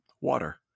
water